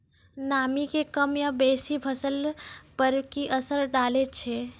नामी के कम या बेसी फसल पर की असर डाले छै?